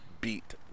beat